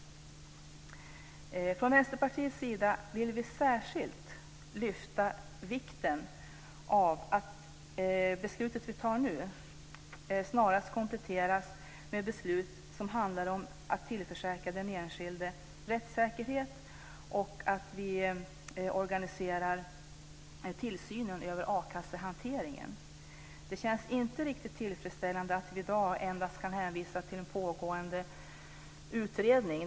Från Vänsterpartiet vill vi särskilt poängtera vikten av att det beslut vi fattar nu snarast kompletteras med beslut som handlar om att tillförsäkra den enskilde rättssäkerhet och om att vi organiserar tillsynen över a-kassehanteringen. Det känns inte riktigt tillfredsställande att vi i dag endast kan hänvisa till en pågående utredning.